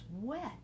wet